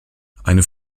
eine